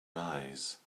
rise